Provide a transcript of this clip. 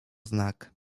znak